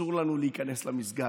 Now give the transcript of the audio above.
ואסור לנו להיכנס למסגד.